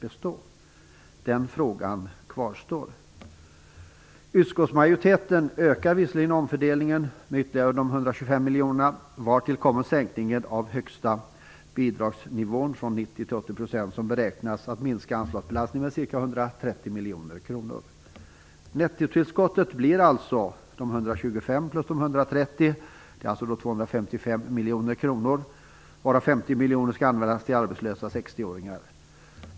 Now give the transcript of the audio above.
Den frågan kvarstår. Utskottsmajoriteten ökar visserligen omfördelningen med ytterligare 125 miljoner kronor vartill kommer sänkningen av den högsta bidragsnivån från 90 % till 80 %, som beräknas att minska anslagsbelastningen med ca 130 miljoner kronor. Nettotillskottet blir alltså 125 miljoner kronor plus 130 miljoner kronor, alltså 255 miljoner kronor, varav 50 miljoner kronor skall användas för arbetslösa 60-åringar.